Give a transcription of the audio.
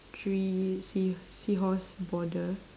three sea~ seahorse border